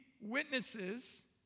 witnesses